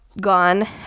gone